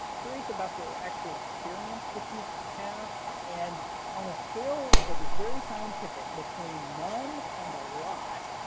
curious about the actual experience that you've have and on a scale that is very scientific between none and a lot